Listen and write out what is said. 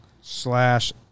slash